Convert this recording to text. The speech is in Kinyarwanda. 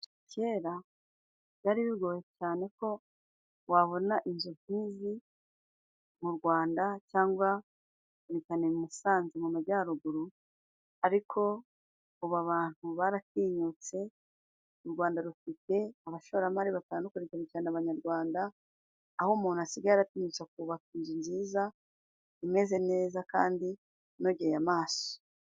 Kera byari bigoye cyane ko wabona inzu nk'izi mu Rwanda cyangwa i Musanze mu majyaruguru. Ariko ubu abantu baratinyutse u Rwanda rufite abashoramari batandukanye cyane cyane abanyarwanda, aho umuntu asiye yaratinyutse akubaka inzu nziza imeze neza kandi inogeye amaso.